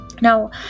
now